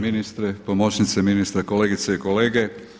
Ministre, pomoćnice ministra, kolegice i kolege.